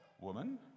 woman